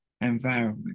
environment